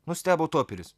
nustebo toperis